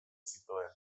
zituen